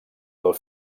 del